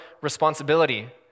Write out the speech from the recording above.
responsibility